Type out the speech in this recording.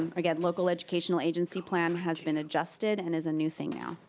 again, local educational agency plan has been adjusted and is a new thing now.